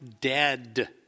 dead